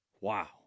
Wow